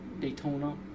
Daytona